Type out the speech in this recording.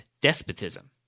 despotism